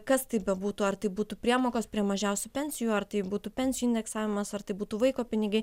kas tai bebūtų ar tai būtų priemokos prie mažiausių pensijų ar tai būtų pensijų indeksavimas ar tai būtų vaiko pinigai